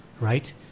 right